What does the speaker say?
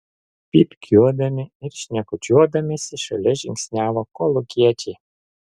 pypkiuodami ir šnekučiuodamiesi šalia žingsniavo kolūkiečiai